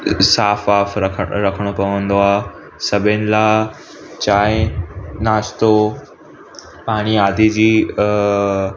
साफ़ु वाफ़ु रख रखिणो पवंदो आहे सभिनी लाइ चांहि नाश्तो पाणी आदि जी